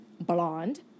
blonde